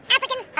African